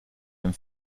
dem